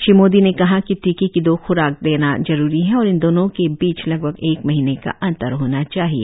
श्री मोदी ने कहा कि टीके की दो ख्राक देना जरूरी है और इन दोनों के बीच लगभग एक महीने का अंतर होना चाहिए